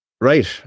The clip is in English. Right